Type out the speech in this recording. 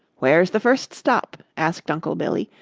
where's the first stop? asked uncle billy,